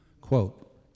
Quote